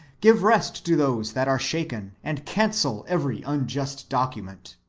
give rest to those that are shaken, and cancel every unjust document.